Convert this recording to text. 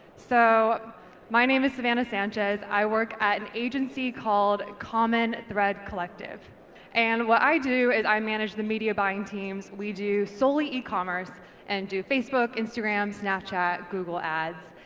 so my name is savannah sanchez. i work at an agency called common thread collective and what i do is i manage the media buying teams. we do solely ecommerce and do facebook, instagram, snapchat, google ads.